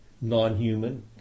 non-human